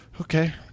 Okay